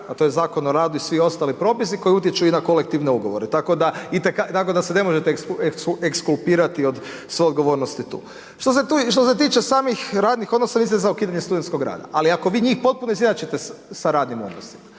a to je Zakon o radu i svi ostali propisi koji utječu i na kolektivne ugovore. Tako da, tako da se ne možete ekskulpirati od svoje odgovornosti tu. Što se tiče samih radnih odnosa, vi ste za ukidanje studenskog rada. Ali ako vi njih potpuno izjednačite sa radnim odnosima,